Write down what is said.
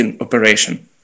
operation